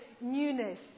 newness